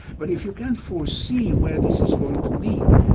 but if you can foresee where this is going to lead,